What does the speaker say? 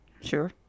Sure